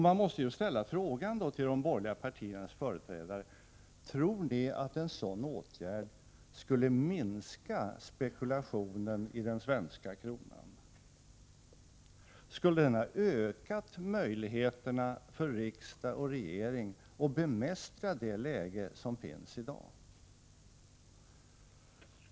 Jag måste ställa en fråga till de borgerliga partiernas företrädare: Tror ni att en sådan åtgärd skulle minska spekulationen i den svenska kronan? Skulle den ha ökat möjligheterna för riksdag och regering att bemästra det läge som är i dag?